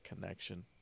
connection